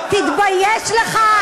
תתבייש לך.